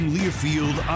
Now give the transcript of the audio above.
Learfield